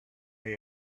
they